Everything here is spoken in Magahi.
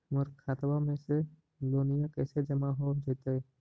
हमर खातबा में से लोनिया के पैसा जामा हो जैतय?